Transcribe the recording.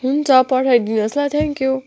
हुन्छ पठाइदिनुहोस् ल थ्याङ्क्यु